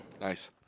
Nice